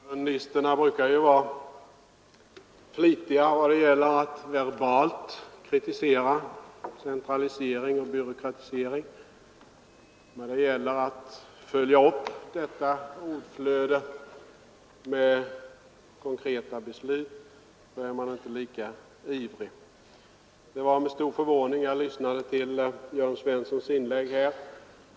Herr talman! Kommunisterna brukar ju vara flitiga när det gäller att verbalt kritisera centralisering och byråkratisering. När det gäller att följa upp detta ordflöde med konkreta beslut är man inte lika ivrig. Det var med stor förvåning jag lyssnade till herr Jörn Svenssons inlägg här.